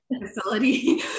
facility